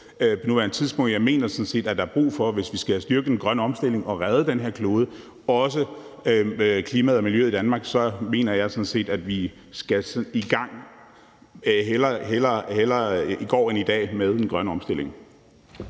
nuværende tidspunkt. Jeg mener sådan set, at der er brug for, hvis vi skal styrke den grønne omstilling og redde den her klode, men også klimaet og miljøet i Danmark, at vi kommer i gang – hellere i går end i dag – med den grønne omstilling.